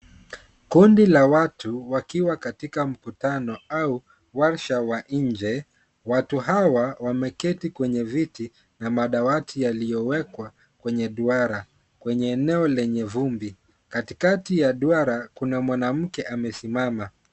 Kundi la watu wakiwa katika mkutano au warsha wa nje. Watu hawa wameketi kwenye viti na madawati yaliwekwa kwenye duara kwenye eneo lenye vumbi. Katikati ya duara kuna mwanamke amesimama.